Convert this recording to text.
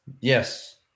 Yes